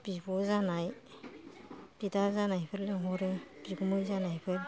बिब' जानाय बिदा जानायफोर लेंहरो बिगुमै जानायफोर